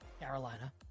Carolina